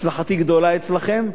הצלחתי גדולה אצלכם,